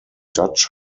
dutch